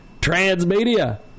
Transmedia